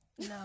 no